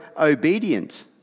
obedient